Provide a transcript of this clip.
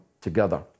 together